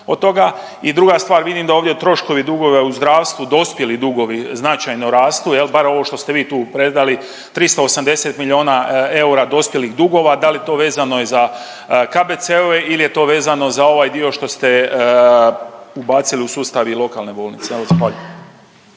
od toga? I druga stvar, vidim da ovdje troškovi dugova u zdravstvu dospjeli dugovi značajno rastu, bar ovo što ste vi tu predali 380 miljona eura dospjelih dugova, da li je to vezano za KBC-ove ili je to vezano za ovaj dio što ste ubacili u sustav i lokalne bolnice?